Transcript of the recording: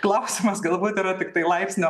klausimas galbūt yra tiktai laipsnio